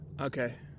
Okay